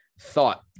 thought